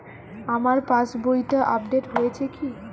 আমার পাশবইটা আপডেট হয়েছে কি?